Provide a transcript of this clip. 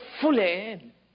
fully